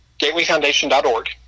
gatewayfoundation.org